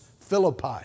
Philippi